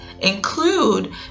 include